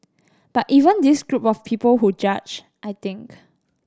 but even this group of people who judge I think